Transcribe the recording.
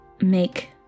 make